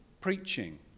preaching